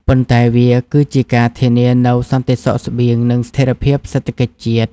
ប៉ុន្តែវាគឺជាការធានានូវសន្តិសុខស្បៀង និងស្ថិរភាពសេដ្ឋកិច្ចជាតិ។